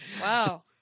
Wow